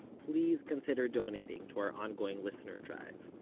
please consider donating to our ongoing listener drive